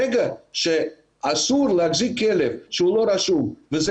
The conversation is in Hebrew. ברגע שאסור להחזיק כלב שהוא לא רשום וזה